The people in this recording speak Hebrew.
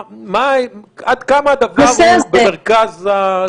עד כמה הדברים במרכז השיח?